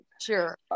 Sure